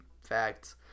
facts